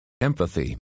Empathy